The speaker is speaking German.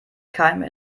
keime